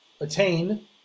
attain